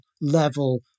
level